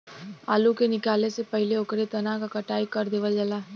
आलू के निकाले से पहिले ओकरे तना क कटाई कर देवल जाला